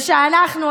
זה שאנחנו,